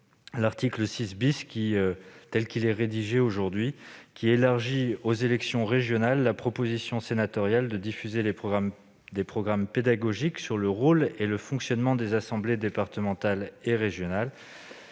l'article 6 , dont la rédaction finale élargit aux élections régionales la proposition sénatoriale de diffuser des programmes pédagogiques sur le rôle et le fonctionnement des assemblées départementales. Je vous